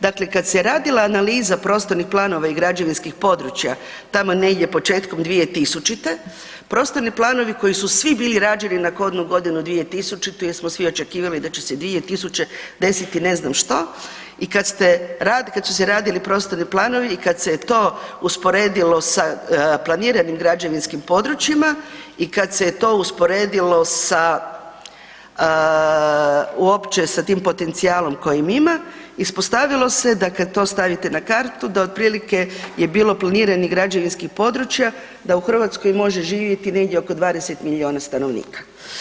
Dakle, kad se je radila analiza prostornih planova i građevinskih područja, tamo negdje početkom 2000.-te prostorni planovi koji su svi bili rađeni na kodnu godinu 2000.-tu jer smo svi očekivali da će se 2000. desiti ne znam što i kad su se radili prostorni planovi i kad se je to usporedilo sa planiranim građevinskim područjima i kad se je to usporedilo sa uopće se tim potencijalom kojem ima, ispostavilo se da kad to stavite na kartu da otprilike je bilo planiranih građevinskih područja da u Hrvatskoj može živjeti negdje oko 20 miliona stanovnika.